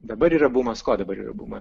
dabar yra bumas ko dabar ir bumas